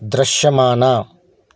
దృశ్యమాన